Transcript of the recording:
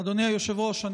אדוני היושב-ראש,